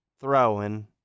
throwing